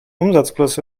umsatzplus